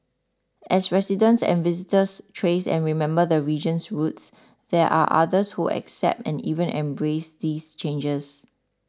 as residents and visitors trace and remember the region's roots there are others who accept and even embrace these changes